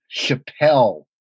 Chappelle